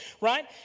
right